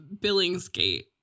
Billingsgate